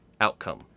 outcome